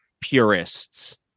purists